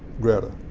grta.